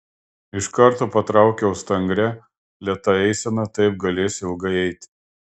iš karto patraukiau stangria lėta eisena taip galėsiu ilgai eiti